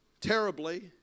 terribly